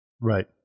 Right